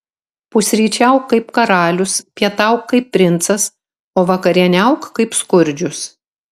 pusryčiauk kaip karalius pietauk kaip princas o vakarieniauk kaip skurdžius